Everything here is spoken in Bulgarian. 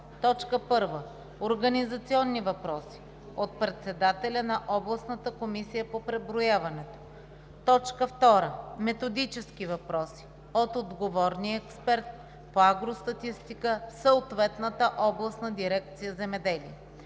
по: 1. организационни въпроси – от председателя на областната комисия по преброяването; 2. методически въпроси – от отговорния експерт по агростатистика в съответната областна дирекция „Земеделие”.